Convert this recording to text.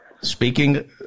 Speaking